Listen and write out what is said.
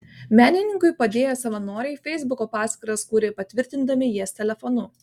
menininkui padėję savanoriai feisbuko paskyras kūrė patvirtindami jas telefonu